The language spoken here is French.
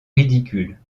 ridicule